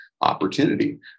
opportunity